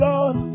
Lord